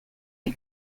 you